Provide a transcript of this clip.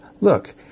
Look